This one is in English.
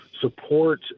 support